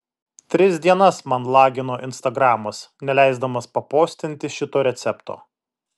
tris dienas man lagino instagramas neleisdamas papostinti šito recepto